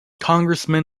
congressman